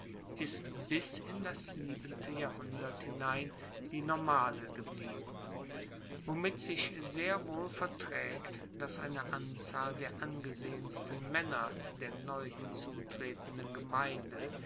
ist bis in das siebente jahrhundert hinein die normale geblieben womit sich sehr wohl vertraegt dass eine anzahl der angesehensten maenner der neu hinzutretenden gemeinde